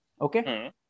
Okay